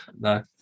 No